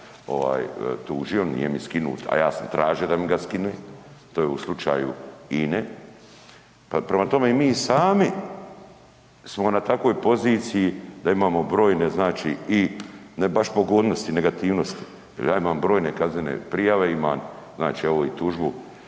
tužio, nije mi skinut, a ja sam tražio da mi ga skine, to je u slučaju INE, pa prema tome mi sami smo na takvoj poziciji da imamo brojne znači i ne baš pogodnosti i negativnosti, jer ja imam brojne kaznene prijave, imam znači evo i tužbu